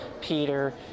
Peter